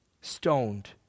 Stoned